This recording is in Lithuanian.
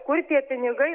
kur tie pinigai